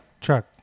check